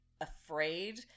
afraid